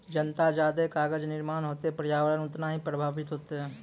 जतना जादे कागज निर्माण होतै प्रर्यावरण उतना ही प्रभाबित होतै